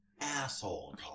asshole